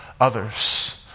others